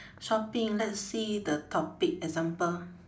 shopping let's see the topic example